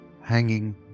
hanging